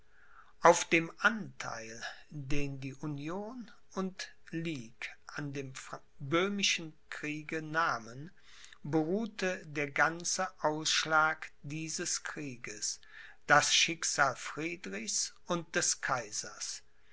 auf dem antheil den die union und ligue an dem böhmischen kriege nahmen beruhte der ganze ausschlag dieses krieges das schicksal friedrichs und des kaisers